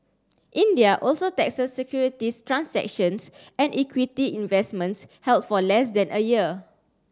India also taxes securities transactions and equity investments held for less than a year